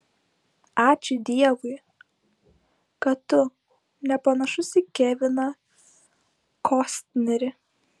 ačiū dievui kad tu nepanašus į keviną kostnerį